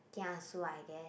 kiasu I guess